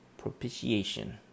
propitiation